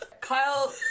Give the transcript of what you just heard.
Kyle